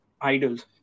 idols